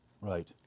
Right